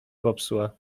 popsuła